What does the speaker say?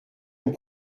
vous